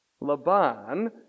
Laban